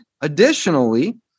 additionally